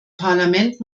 parlament